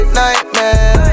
nightmare